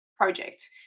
project